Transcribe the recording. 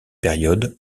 période